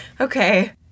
Okay